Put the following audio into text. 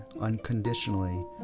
unconditionally